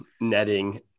netting